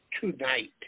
tonight